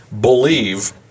Believe